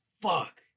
fuck